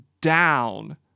down